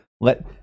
Let